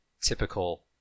typical